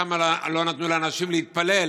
שם לא נתנו לאנשים להתפלל,